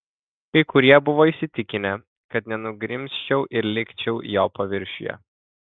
kai kurie buvo įsitikinę kad nenugrimzčiau ir likčiau jo paviršiuje